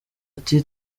ati